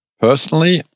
Personally